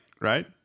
right